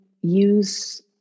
use